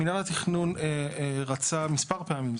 מינהל התכנון רצה מספר פעמים,